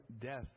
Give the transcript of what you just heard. death